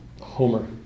Homer